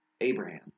Abraham